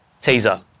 Teaser